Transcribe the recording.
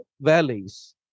valleys